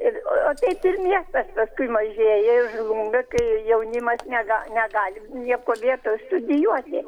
ir o taip ir miestas paskui mažėja ir žlunga kai jaunimas nega negali nieko vietoj studijuoti